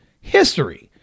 history